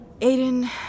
Aiden